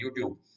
youtube